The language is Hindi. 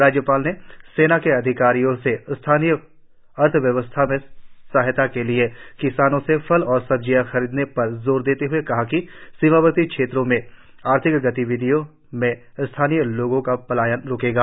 राज्यपाल ने सेना के अधिकारियों स्थानीय अर्थव्यवस्था में सहायता के लिए किसानों से फल और सब्जियां खरीदने पर जोर देते हुए कहा कि सीमावर्ती क्षेत्रों में आर्थिक गतिविधियों से स्थानीय लोगों का पलायन रुकेगा